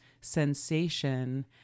sensation